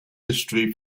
history